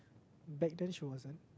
back then she wasn't